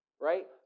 right